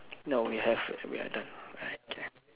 no we have we are done alright K